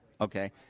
Okay